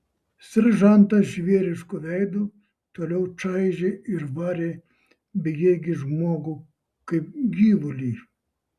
seržantas žvėrišku veidu toliau čaižė ir varė bejėgį žmogų kaip gyvulį